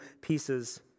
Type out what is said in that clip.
pieces